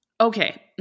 okay